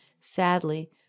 Sadly